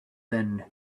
then